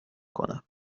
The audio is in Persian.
کنم